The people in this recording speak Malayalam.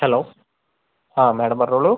ഹലോ ആ മാഡം പറഞ്ഞോളൂ